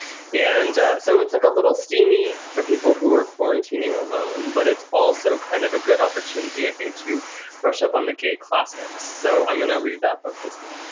and so it's look a little steamy for people who are quarantining alone. but it's also kind of a good opportunity, i think, to brush up on the gay classics. so i'm going to read that book this month.